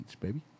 baby